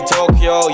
Tokyo